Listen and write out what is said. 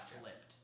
Flipped